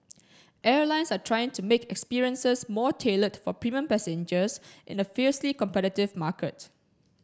airlines are trying to make experiences more tailored for premium passengers in a fiercely competitive market